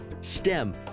STEM